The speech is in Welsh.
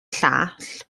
llall